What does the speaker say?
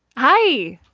hi.